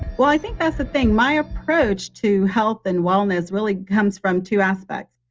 well, i think that's the thing. my approach to health and wellness really comes from two aspects.